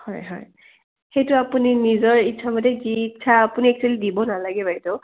হয় হয় সেইটো আপুনি নিজৰ ইচ্ছা মতে যি ইচ্ছা আপুনি একচুৱেলি দিব নালাগে বাইদেউ